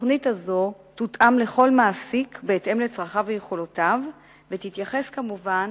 התוכנית הזאת תותאם לכל מעסיק בהתאם לצרכיו וליכולותיו ותתייחס כמובן